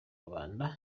rubanda